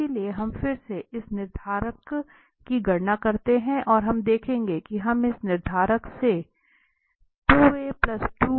इसलिए हम फिर से इस निर्धारक की गणना करते हैं और हम देखेंगे कि हम इस निर्धारक से निकलते हैं